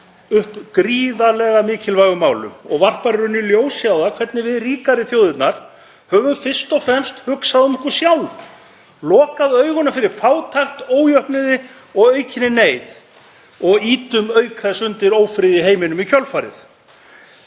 upp gríðarlega mikilvægum málum og varpar ljósi á það hvernig ríkari þjóðirnar hafa fyrst og fremst hugsað um sjálfar sig, lokað augunum fyrir fátækt, ójöfnuði og aukinni neyð og auk þess ýtt undir ófrið í heiminum í kjölfarið.